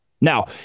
Now